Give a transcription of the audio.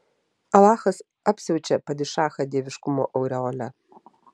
alachas apsiaučia padišachą dieviškumo aureole